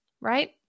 right